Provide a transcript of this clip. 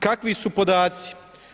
Kakvi su podaci?